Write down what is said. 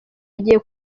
agiye